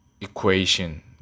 equation